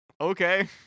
okay